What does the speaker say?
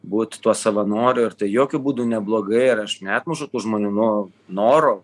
būt tuo savanoriu ir tai jokiu būdu neblogai ir aš neatmušu tų žmonių nuo noro